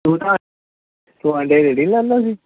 ਤੂੰ ਨਾ ਅੰਡਿਆਂ ਦੀ ਰੇਹੜੀ ਲਾਉਂਦਾ ਸੀ ਤੂੰ